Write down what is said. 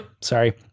sorry